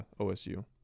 OSU